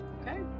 Okay